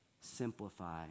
simplify